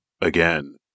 again